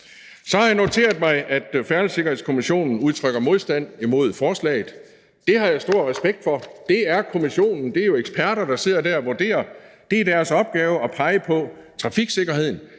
Så har jeg noteret mig, at Færdselssikkerhedskommissionen udtrykker modstand mod forslaget. Det har jeg stor respekt for. Det er en kommission, det er jo eksperter, der sidder der og vurderer. Det er deres opgave at pege på trafiksikkerheden,